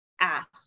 ask